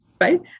right